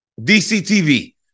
DCTV